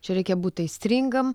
čia reikia būt aistringam